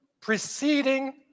preceding